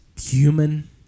human